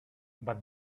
but